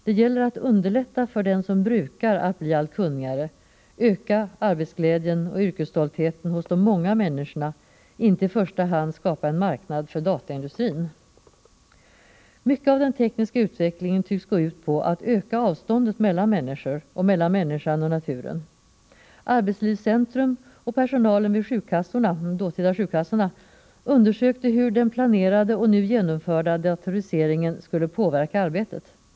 Det gäller att underlätta för den som brukar jorden att bli allt kunnigare, att öka arbetsglädjen och yrkesstoltheten hos de många människorna — inte i första hand att skapa en marknad för dataindustrin! Mycket av den tekniska utvecklingen tycks gå ut på att öka avståndet mellan människor och mellan människan och naturen. Arbetslivscentrum och personalen vid de dåtida sjukkassorna undersökte hur den planerade och nu genomförda datoriseringen skulle påverka arbetet.